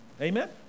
Amen